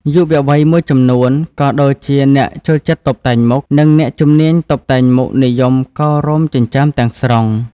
យុវវ័យមួយចំនួន ក៏ដូចជាអ្នកចូលចិត្តតុបតែងមុខ និងអ្នកជំនាញតុបតែងមុខនិយមកោររោមចិញ្ចើមទាំងស្រុង។